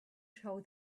show